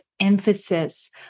emphasis